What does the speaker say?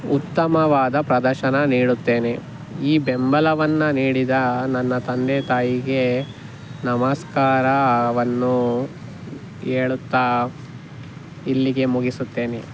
ಉತ್ತಮವಾದ ಪ್ರದರ್ಶನ ನೀಡುತ್ತೇನೆ ಈ ಬೆಂಬಲವನ್ನು ನೀಡಿದ ನನ್ನ ತಂದೆ ತಾಯಿಗೆ ನಮಸ್ಕಾರವನ್ನು ಹೇಳುತ್ತ ಇಲ್ಲಿಗೆ ಮುಗಿಸುತ್ತೇನೆ